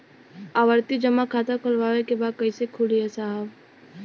आवर्ती जमा खाता खोलवावे के बा कईसे खुली ए साहब?